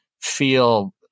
feel